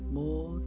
more